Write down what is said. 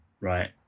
right